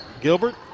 Gilbert